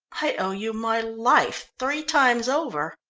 i owe you my life three times over.